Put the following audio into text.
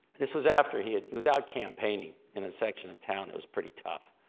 this was after he had he was out campaigning in a section of town that was pretty tough.